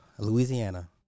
Louisiana